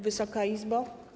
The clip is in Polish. Wysoka Izbo!